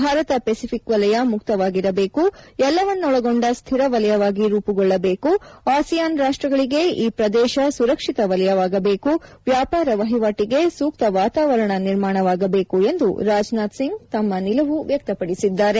Bharat Pacific ವಲಯ ಮುಕ್ತವಾಗಿರಬೇಕು ಎಲ್ಲವನ್ನೊಳಗೊಂಡ ಸ್ತಿರ ವಲಯವಾಗಿ ರೂಪುಗೊಳ್ಳಬೇಕು ಆಸಿಯಾನ್ ರಾಷ್ಟಗಳಿಗೆ ಈ ಪ್ರದೇಶ ಸುರಕ್ಷಿತ ವಲಯವಾಗಬೇಕು ವ್ಯಾಪಾರ ವಹಿವಾಟಿಗೆ ಸೂಕ್ತ ವಾತಾವರಣ ನಿರ್ಮಾಣವಾಗಬೇಕು ಎಂದು ರಾಜನಾಥ್ ಸಿಂಗ್ ತಮ್ಮ ನಿಲುವು ವ್ಯಕ್ತಪಡಿಸಿದ್ದಾರೆ